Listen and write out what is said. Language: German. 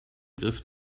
griff